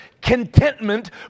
Contentment